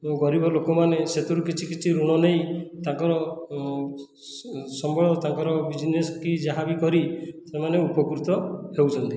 ଗରିବ ଲୋକମାନେ ସେଥିରୁ କିଛି କିଛି ଋଣ ନେଇ ତାଙ୍କର ସମ୍ବଳ ତାଙ୍କର ବିଜନେସ୍ କି ଯାହାବି କରି ସେମାନେ ଉପକୃତ ହେଉଛନ୍ତି